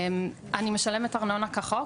אני משלמת ארנונה כחוק